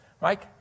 Mike